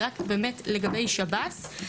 זה רק באמת לגבי שב"ס.